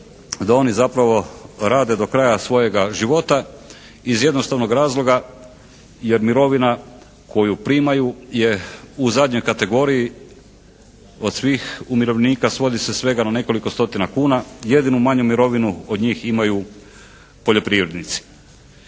da oni zapravo rade do kraja svojega života. Iz jednostavnog razloga jer mirovina koju primaju je u zadnjoj kategoriji od svih umirovljenika, svodi se svega na nekoliko stotina kuna. Jedinu manju mirovinu od njih imaju poljoprivrednici.